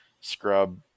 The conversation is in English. scrub